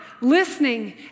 listening